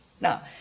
Now